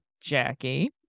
Jackie